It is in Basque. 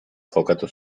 jokatu